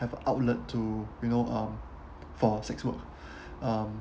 have a outlet to you know um for sex work um